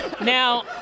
now